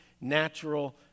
natural